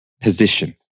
position